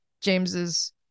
James's